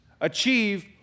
achieve